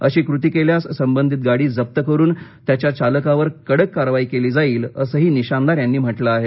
अशी कृती केल्यास संबधित गाडी जप्त करून त्याच्या चालकावर कडक कारवाई केली जाईल असंही निशानदार यांनी म्हटलं आहे